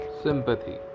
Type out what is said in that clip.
sympathy